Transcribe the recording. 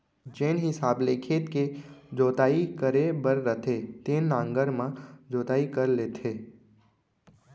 जेन हिसाब ले खेत के जोताई करे बर रथे तेन नांगर म जोताई कर लेथें